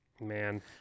man